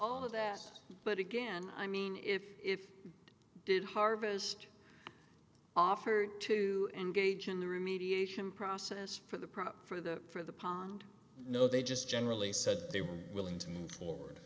all of that but again i mean if i did harvest offered to engage in the remediation process for the prop for the for the pond no they just generally said they were willing to move forward